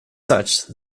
such